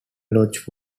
lodge